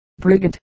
Brigand